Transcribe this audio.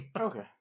Okay